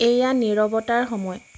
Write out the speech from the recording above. এয়া নীৰৱতাৰ সময়